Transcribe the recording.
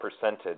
percentage